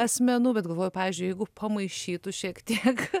asmenų bet galvoju pavyzdžiui jeigu pamaišytų šiek tiek